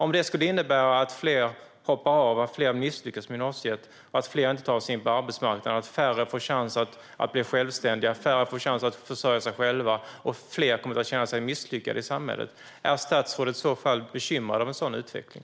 Om det skulle innebära att fler hoppar av eller misslyckas med gymnasiet, att fler inte tar sig in på arbetsmarknaden, att färre får chans att bli självständiga, att färre får chans att försörja sig själva och att fler kommer att känna sig misslyckade i samhället: Är statsrådet i så fall bekymrad av en sådan utveckling?